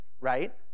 right